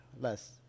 less